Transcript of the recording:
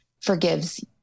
forgives